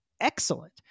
excellent